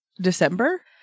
December